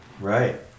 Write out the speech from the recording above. Right